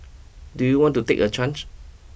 do you want to take a charge